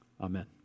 Amen